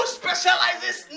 specializes